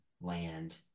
land